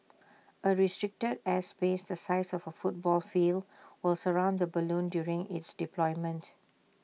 A restricted airspace the size of A football field will surround the balloon during its deployment